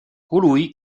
colui